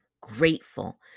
grateful